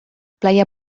playa